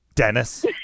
dennis